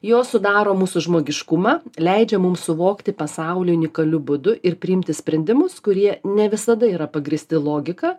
jos sudaro mūsų žmogiškumą leidžia mums suvokti pasaulį unikaliu būdu ir priimti sprendimus kurie ne visada yra pagrįsti logika